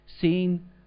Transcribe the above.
seen